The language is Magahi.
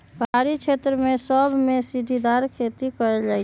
पहारी क्षेत्र सभमें सीढ़ीदार खेती कएल जाइ छइ